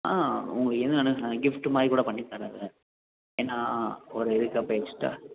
ஆ உங்களுக்கு என்ன வேணும் கிஃப்ட்டு மாதிரி கூட பண்ணித்தரேன் சார் ஏன்னால் ஒரு இதுக்கு அப்போ எக்ஸ்ட்ரா